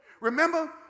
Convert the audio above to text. Remember